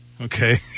okay